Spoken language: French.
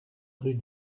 rue